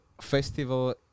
festival